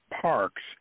parks